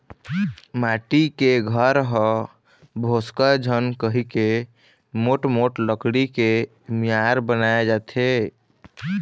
माटी के घर ह भोसकय झन कहिके मोठ मोठ लकड़ी के मियार बनाए जाथे